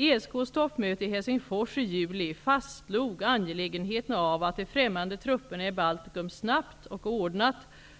ESK:s toppmöte i Helsingfors i juli fastslog angelägenheten av att de främmande trupperna i Baltikum snabbt och ordnat